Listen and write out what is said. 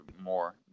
more